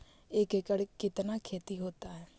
एक एकड़ कितना खेति होता है?